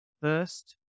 first